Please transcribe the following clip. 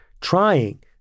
trying